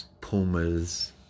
Pumas